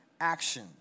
action